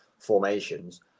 formations